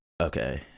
Okay